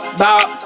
bop